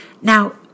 Now